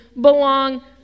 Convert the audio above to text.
belong